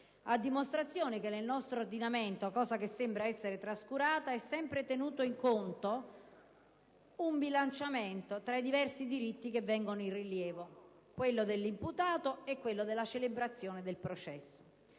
a dimostrazione del fatto che nel nostro ordinamento - cosa che sembra essere trascurata - è sempre tenuto in conto un bilanciamento tra i diversi diritti che vengono in rilievo, quello dell'imputato e quello della celebrazione del processo.